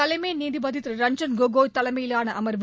தலைமை நீதிபதி திரு ரஞ்சன் கோகோய் தலைமையிலான அமர்வு